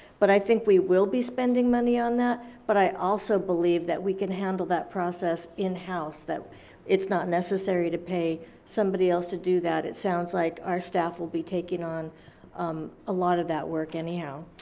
but i think we will be spending money on that but i also believe that we can handle that process in house. that it's not necessary to pay somebody else to do that. it sounds like our staff will be taking on a lot of that work anyhow.